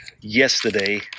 yesterday